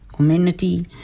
Community